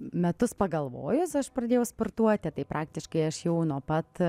metus pagalvojus aš pradėjau sportuoti tai praktiškai aš jau nuo pat